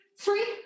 three